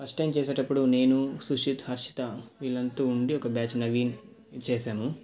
first time చేసేటప్పుడు నేను సుషిత్ హర్షిత వీళ్ళంతా ఉండి ఒక బ్యాచ్ నవీన్ చేసాము